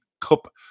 Cup